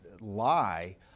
lie